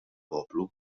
poplu